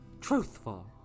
truthful